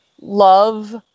love